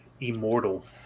Immortal